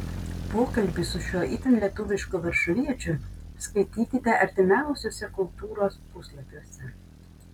pokalbį su šiuo itin lietuvišku varšuviečiu skaitykite artimiausiuose kultūros puslapiuose